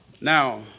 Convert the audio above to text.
Now